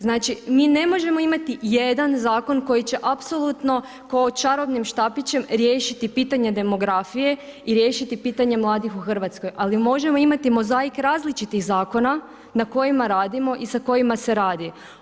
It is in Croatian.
Znači mi ne možemo imati jedan zakon koji će apsolutno kao čarobnim štapićem riješiti pitanje demografije i riješiti pitanje mladih u Hrvatskoj, ali možemo imati mozaik različitih zakona na kojima radimo i sa kojima se radi.